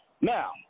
Now